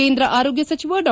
ಕೇಂದ್ರ ಆರೋಗ್ನ ಸಚಿವ ಡಾ